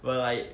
well I